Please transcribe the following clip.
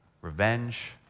revenge